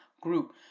group